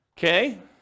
Okay